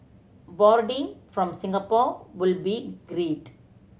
boarding from Singapore would be great